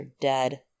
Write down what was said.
dead